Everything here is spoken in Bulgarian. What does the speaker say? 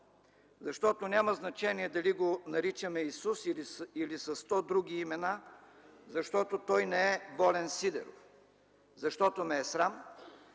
защото няма значение дали го наричаме Исус или със сто други имена; защото той не е Волен Сидеров; защото ме е срам